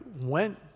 went